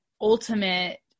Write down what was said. ultimate